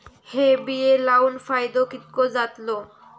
हे बिये लाऊन फायदो कितको जातलो?